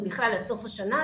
זה סוף השנה,